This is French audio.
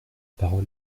parole